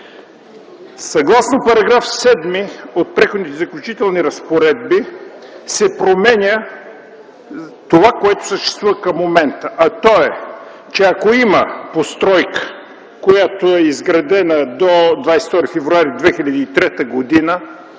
Съгласно § 7 от Преходните и заключителни разпоредби се променя това, което съществува към момента, а то е, че ако има постройка, която е изградена до 22 февруари 2003 г.